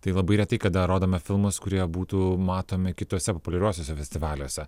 tai labai retai kada rodome filmus kurie būtų matomi kituose populiariuosiuose festivaliuose